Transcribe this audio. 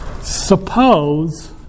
Suppose